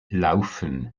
laufen